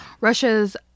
Russia's